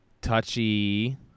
touchy